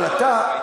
אבל אתה,